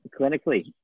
clinically